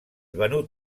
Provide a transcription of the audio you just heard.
venut